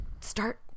start